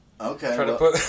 Okay